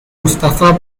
mustafa